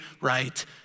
right